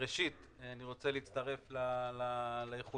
ראשית, אני רוצה להצטרף לאיחולים